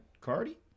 Cardi